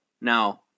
Now